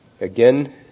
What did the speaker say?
again